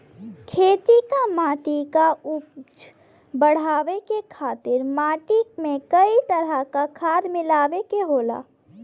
खेती क मट्टी क उपज बढ़ाये खातिर मट्टी में कई तरह क खाद मिलाये के होला